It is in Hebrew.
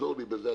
תעזור לי בזה,